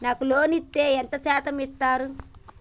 నాకు లోన్ ఇత్తే ఎంత శాతం ఇత్తరు?